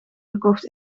gekocht